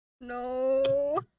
No